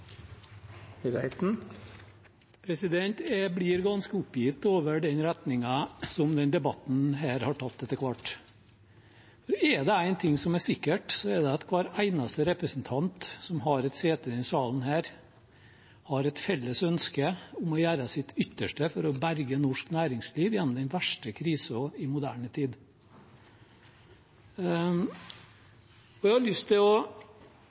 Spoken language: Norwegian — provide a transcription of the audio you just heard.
Jeg blir ganske oppgitt over den retningen denne debatten har tatt etter hvert. Er det en ting som er sikkert, er det at hver eneste representant som har et sete i denne salen, har et felles ønske om å gjøre sitt ytterste for å berge norsk næringsliv gjennom den verste krisen i moderne tid. Jeg har lyst til å